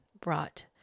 brought